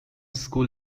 school